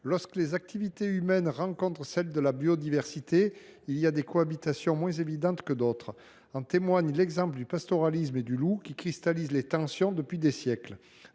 lorsque les activités humaines rencontrent celles de la biodiversité, certaines cohabitations se révèlent moins évidentes que d’autres. En témoigne l’exemple du pastoralisme et du loup, qui cristallise les tensions depuis des siècles.